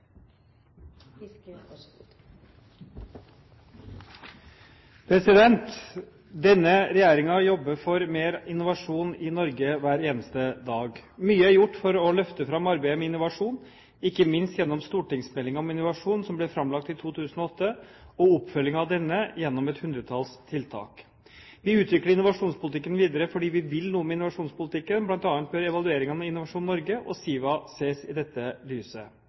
gjort for å løfte fram arbeidet med innovasjon, ikke minst gjennom stortingsmeldingen om innovasjon som ble framlagt i 2008, og oppfølgingen av denne gjennom et hundretalls tiltak. Vi utvikler innovasjonspolitikken videre fordi vi vil noe med innovasjonspolitikken, bl.a. bør evalueringene av Innovasjon Norge og SIVA ses i dette lyset.